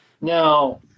Now